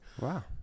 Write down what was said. Wow